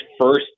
first